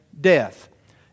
death